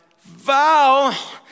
vow